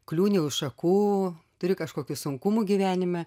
kliūni už šakų turi kažkokių sunkumų gyvenime